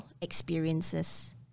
experiences